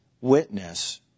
witness